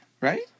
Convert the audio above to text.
right